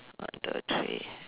one two three